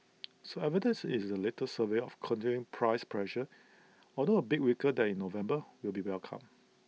so evidence is the latest survey of continuing price pressures although A bit weaker than in November will be welcomed